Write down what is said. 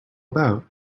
about